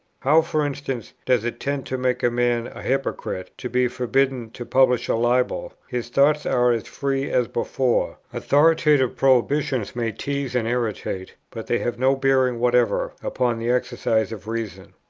how, for instance, does it tend to make a man a hypocrite, to be forbidden to publish a libel? his thoughts are as free as before authoritative prohibitions may tease and irritate, but they have no bearing whatever upon the exercise of reason.